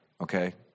okay